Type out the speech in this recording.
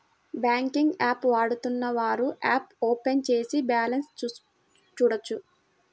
banking app వాడుతున్నవారు app open చేసి balance చూడొచ్చు